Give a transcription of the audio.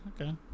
Okay